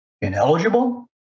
ineligible